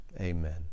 Amen